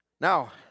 Now